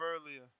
earlier